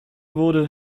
wurde